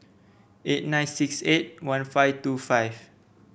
eight nine six eight one five two five